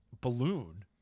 balloon